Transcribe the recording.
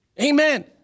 Amen